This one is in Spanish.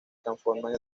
transforma